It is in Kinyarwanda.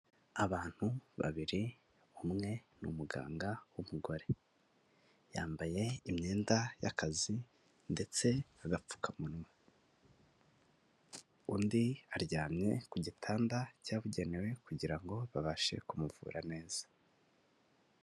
Abantu babiri umwe ni umuganga w'umugore, yambaye imyenda y'akazi ndetse agapfukamunwa, undi aryamye ku gitanda cyabugenewe kugira ngo babashe kumuvura neza.